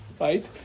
Right